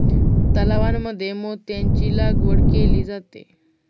तलावांमध्ये मोत्यांची लागवड केली जाते